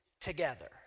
together